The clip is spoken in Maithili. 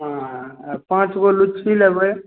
हँ आ पाँच गो लीची लेबै